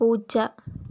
പൂച്ച